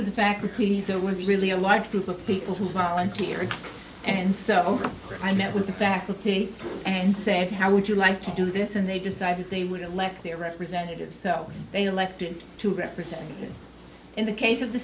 of the faculty that was really alive to pick people who volunteered and so i met with the faculty and said how would you like to do this and they decided they would elect their representatives so they elected to represent us in the case of the